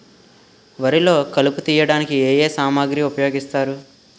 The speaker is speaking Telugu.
వరిలో కలుపు తియ్యడానికి ఏ ఏ సామాగ్రి ఉపయోగిస్తారు?